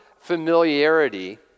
familiarity